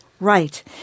right